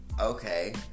okay